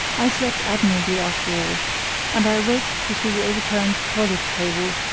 i slept admirably after all and i awoke to see the overturned toilet-table,